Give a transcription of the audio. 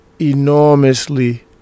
enormously